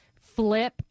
flip